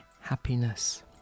happiness